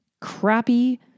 crappy